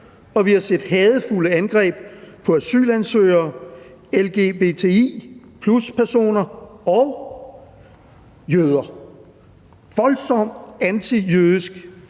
og vi har set hadefulde angreb på asylansøgere, lgbti+-personer og jøder; en voldsom antijødisk